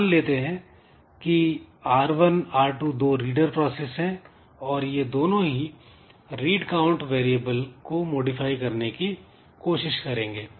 मान लेते हैं कि R1 R2 दो रीडर प्रोसेस है और यह दोनों ही "रीड काउंट" वेरिएबल को मॉडिफाई करने की कोशिश करेंगे